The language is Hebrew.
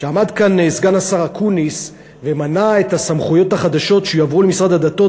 כשעמד כאן סגן השר אקוניס ומנה את הסמכויות החדשות שיועברו למשרד הדתות,